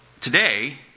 today